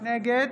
נגד